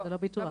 לא ביטוח,